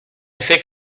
think